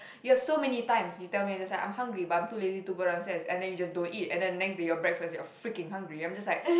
you have so many times you tell me that's like I'm hungry but I'm too lazy to go downstairs and then you just don't eat and then the next day your breakfast you are freaking hungry I'm just like